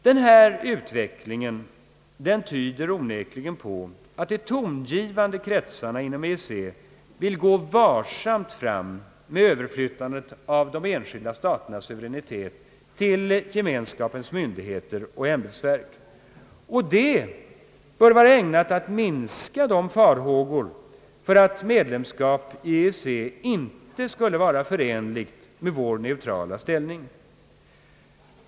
Denna utveckling tyder onekligen på att de tongivande kretsarna inom EEC vill gå varsamt fram med överflyttandet av de enskilda staternas suveränitet till gemenskapens myndigheter och ämbetsverk, och detta bör vara ägnat att minska farhågorna för att medlemskap i EEC inte skulle vara förenligt med vår neutrala ställning.